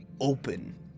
open